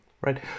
right